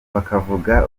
bakavuga